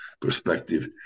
perspective